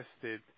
tested